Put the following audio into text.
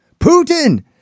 Putin